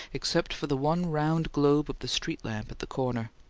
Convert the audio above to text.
except for the one round globe of the street lamp at the corner.